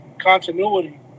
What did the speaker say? continuity